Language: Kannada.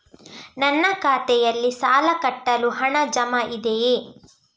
ನನ್ನ ಖಾತೆಯಲ್ಲಿ ಸಾಲ ಕಟ್ಟಲು ಹಣ ಜಮಾ ಇದೆಯೇ?